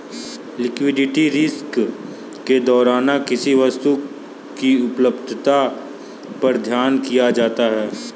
liquidity risk के दौरान किसी वस्तु की उपलब्धता पर ध्यान दिया जाता है